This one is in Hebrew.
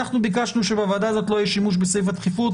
אנחנו ביקשנו שבוועדה הזאת לא יהיה שימוש בסעיף הדחיפות,